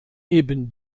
eben